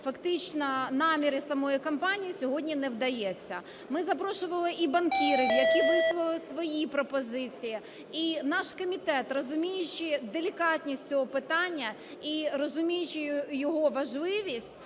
фактично наміри самої компанії сьогодні не вдається. Ми запрошували і банкірів, які висловили свої пропозиції. І наш комітет, розуміючи делікатність цього питання і розуміючи його важливість,